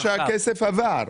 הבנתי שהכסף עבר.